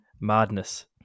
Madness